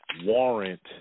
warrant